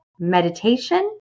meditation